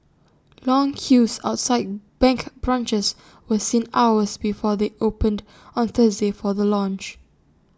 long queues outside bank branches were seen hours before they opened on Thursday for the launch